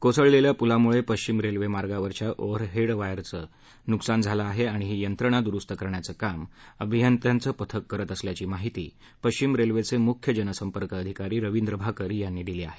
कोसळलेल्या पुलामुळे पश्चिम रेल्वेमार्गावरच्या ओव्हरहेड यंत्रणेचं नुकसान झालं आहे आणि ही यंत्रणा दुरुस्त करण्याचं काम अभियंत्यांचं पथक करत असल्याची माहिती पश्चिम रेल्वेचे मुख्य जनसंपर्क अधिकारी रविंद्र भाकर यांनी दिली आहे